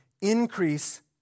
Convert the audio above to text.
increase